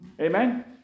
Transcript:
Amen